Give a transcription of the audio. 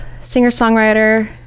singer-songwriter